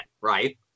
right